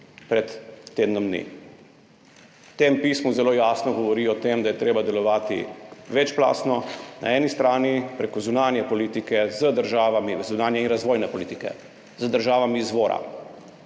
pred tednom dni. V tem pismu zelo jasno govori o tem, da je treba delovati večplastno, na eni strani preko zunanje politike in razvojne politike z državami izvora,